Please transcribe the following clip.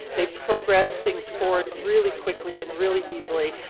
they progress things forward really quickly and really easily.